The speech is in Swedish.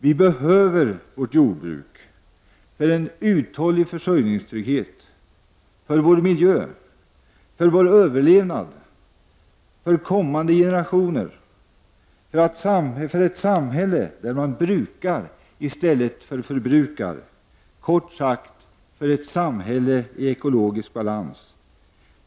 Vi behöver vårt jordbruk — För en uthållig försörjningstrygghet —- För vår miljö — För vår överlevnad - För kommande generationer För ett samhälle där man brukar i stället för förbrukar Kort sagt, för ett samhälle i ekologisk balans.